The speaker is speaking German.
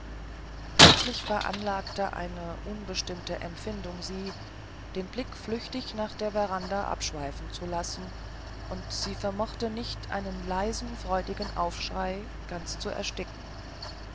plötzlich veranlagte eine unbestimmte empfindung sie den blick flüchtig nach der veranda abschweifen zu lassen und sie vermochte nicht einen leisen freudigen aufschrei ganz zu ersticken